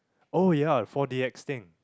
oh ya for the extinct